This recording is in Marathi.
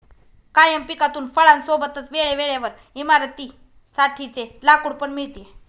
कायम पिकातून फळां सोबतच वेळे वेळेवर इमारतीं साठी चे लाकूड पण मिळते